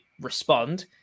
respond